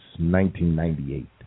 1998